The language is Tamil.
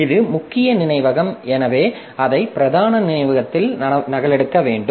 இது முக்கிய நினைவகம் எனவே அதை பிரதான நினைவகத்தில் நகலெடுக்க வேண்டும்